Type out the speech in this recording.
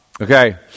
Okay